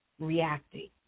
reacting